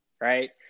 right